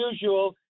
usual